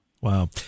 wow